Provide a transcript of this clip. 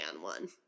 one